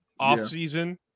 offseason –